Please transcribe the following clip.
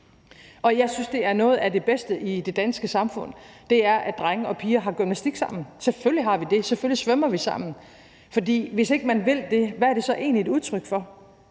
og jeg synes, det er noget af det bedste i det danske samfund, at drenge og piger har gymnastik sammen. Selvfølgelig har vi det, selvfølgelig svømmer vi sammen, for hvis ikke man vil det, hvad er det så egentlig et udtryk for?